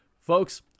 Folks